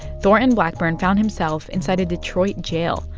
thornton blackburn found himself inside a detroit jail,